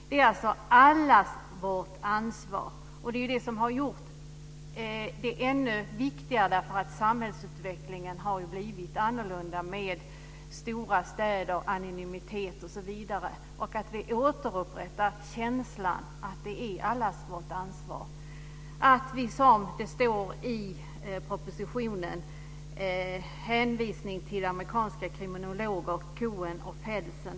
Det är alltså allas vårt ansvar. Det som har gjort det ännu viktigare är ju att samhällsutvecklingen har blivit så annorlunda med stora städer, anonymitet osv. Det är viktigt att vi återupprättar känslan att det är allas vårt ansvar. I propositionen står det en hänvisning till de amerikanska kriminologerna Cohen och Felson.